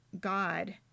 God